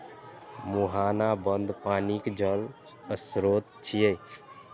मुहाना बंद पानिक जल स्रोत छियै